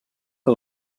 que